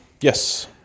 Yes